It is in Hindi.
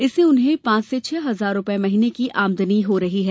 इससे उन्हें पांच से छः हजार रूपये की आमदनी हो रही है